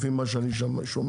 לפי מה שאני שומע,